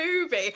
movie